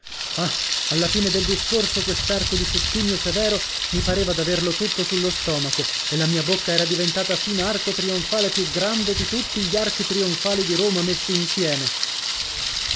ah alla fine del discorso quest'arco di settimio severo mi pareva d'averlo tutto sullo stomaco e la mia bocca era diventata fin arco trionfale più grande di tutti gli archi trionfali di roma messi insieme